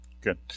Good